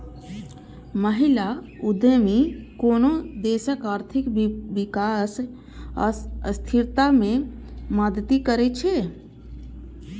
महिला उद्यमी कोनो देशक आर्थिक विकास आ स्थिरता मे मदति करै छै